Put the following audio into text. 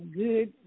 good